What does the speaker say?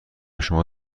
شما